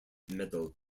medal